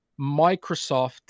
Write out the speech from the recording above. Microsoft